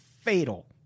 fatal